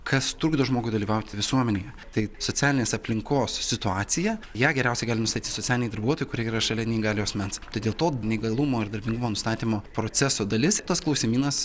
kas trukdo žmogui dalyvauti visuomenėje tai socialinės aplinkos situacija ją geriausiai gali nustatyt socialiniai darbuotojai kurie yra šalia neįgaliojo asmens tai dėl to neįgalumo ir darbingumo nustatymo proceso dalis tas klausimynas